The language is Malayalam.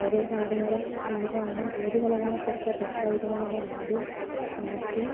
ഓരോ കളറുകളും ഏതാണ് എത് കളറാണ് കൊടുത്ത ബെറ്ററായിരിക്കുന്നെന്ന് നമ്മളാദ്യം മാറ്റി